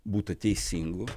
būta teisingų